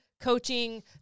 coaching